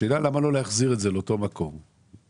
השאלה למה לא להחזיר את זה לאותה מתכונת שהייתה,